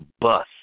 bus